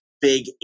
big